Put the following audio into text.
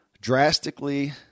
drastically